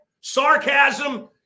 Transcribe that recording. sarcasm